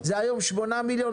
היום זה שמונה מיליון,